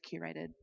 curated